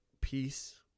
peace